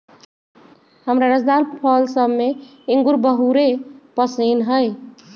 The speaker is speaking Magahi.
हमरा रसदार फल सभ में इंगूर बहुरे पशिन्न हइ